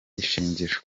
ishingiro